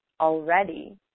already